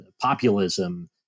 populism